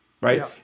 right